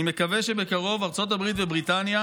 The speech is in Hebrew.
ואני מקווה שבקרוב ארצות הברית ובריטניה